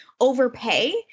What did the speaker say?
overpay